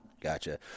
gotcha